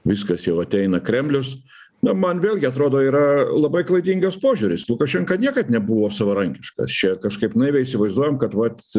viskas jau ateina kremlius na man vėlgi atrodo yra labai klaidingas požiūris lukašenka niekad nebuvo savarankiškas čia kažkaip naiviai įsivaizduojame kad vat